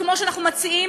כמו אצלי,